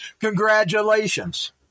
Congratulations